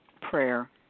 prayer